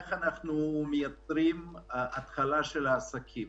וכך לייצר התחלה של העסקים,